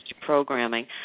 programming